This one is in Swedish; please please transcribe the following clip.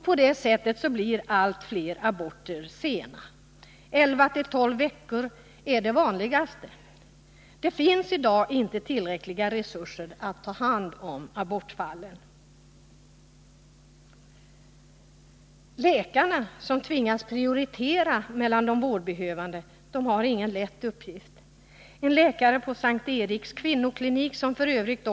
På det sättet blir allt fler aborter sena. Aborter utförda i elfte eller tolfte veckan är vanligast. Det finns i dag inte tillräckliga resurser för att ta hand om abortfallen. Läkarna, som tvingats prioritera mellan de vårdbehövande, har ingen lätt uppgift. En läkare på S:t Eriks kvinnoklinik — som f.ö.